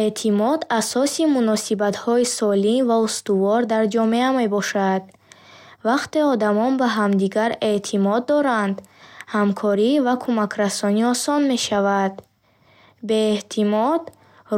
Эътимод асоси муносибатҳои солим ва устувор дар ҷомеа мебошад. Вақте одамон ба ҳамдигар эътимод доранд, ҳамкорӣ ва кӯмакрасонӣ осон мешавад. Бе эътимод,